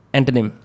Antonym